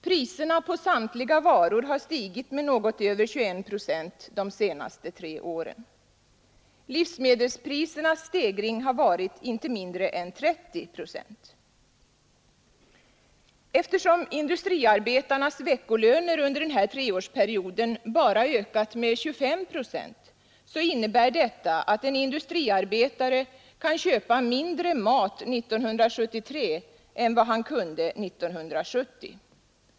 Priserna på samtliga varor har stigit med något över 21 procent de senaste tre åren. Livsmedelsprisernas stegring har varit inte mindre än 30 procent. Eftersom industriarbetarnas veckolöner under den här treårsperioden bara ökat med 25 procent, så innebär detta att en industriarbetare kan köpa mindre mat 1973 än vad han kunde göra 1970.